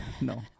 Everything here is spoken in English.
No